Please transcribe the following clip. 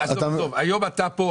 היום אתה פה,